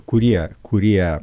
kurie kurie